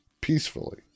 peacefully